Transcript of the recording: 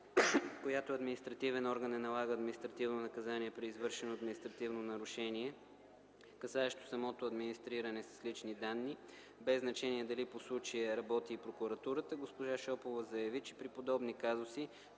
която е административен орган не налага административно наказание при извършено административно нарушение, касаещо самото администриране с лични данни, без значение дали по случая работи и прокуратурата, госпожа Шопова заяви, че при подобни казуси,